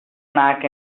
smack